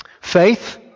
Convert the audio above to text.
Faith